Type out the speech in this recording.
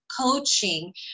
coaching